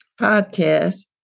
podcast